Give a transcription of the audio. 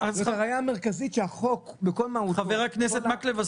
זו הראיה המרכזית שהחוק בכל מהותו --- חבר הכנסת מקלב,